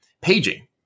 paging